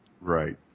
Right